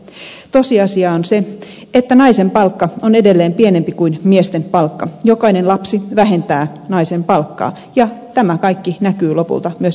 tosiasia on se että naisen palkka on edelleen pienempi kuin miesten palkka jokainen lapsi vähentää naisen palkkaa ja tämä kaikki näkyy lopulta myös eläkekertymissä